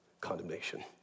condemnation